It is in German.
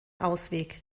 ausweg